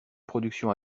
production